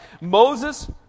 Moses